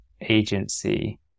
agency